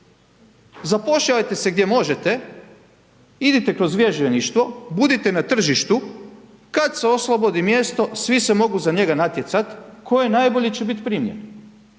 zapošljavajte se gdje možete, idite kroz vježbeništvo, budite na tržištu kada se oslobodi mjesto, svi se mogu za njega natjecati, tko je najbolji će biti primjer